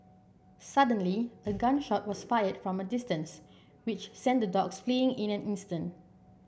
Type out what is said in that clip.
suddenly a gun shot was fired from a distance which sent the dogs fleeing in an instant